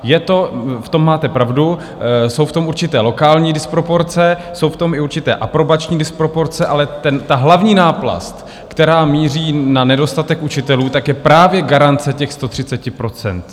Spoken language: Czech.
Je to, v tom máte pravdu, jsou v tom určité lokální disproporce, jsou v tom i určité aprobační disproporce, ale ta hlavní náplast, která míří na nedostatek učitelů, je právě garance těch 130 %.